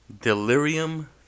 Delirium